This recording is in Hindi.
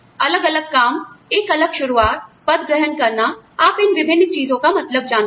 अलग अलग काम एक अलग शुरुआत पद ग्रहण करना आप इन विभिन्न चीजों का मतलब जानते है